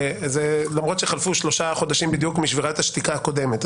למרות שחלפו שלושה חודשים בדיוק משבירת השתיקה הקודמת.